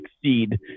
succeed